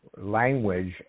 language